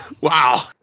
Wow